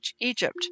Egypt